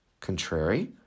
contrary